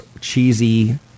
cheesy